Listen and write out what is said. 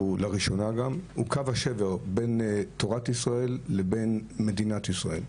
הוא קו השבר בין תורת ישראל לבין מדינת ישראל.